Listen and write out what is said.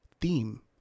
theme